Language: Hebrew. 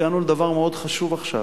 הגענו לדבר מאוד חשוב עכשיו.